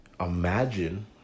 imagine